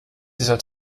dieser